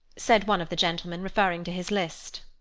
said one of the gentlemen, referring to his list.